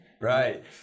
Right